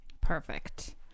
Perfect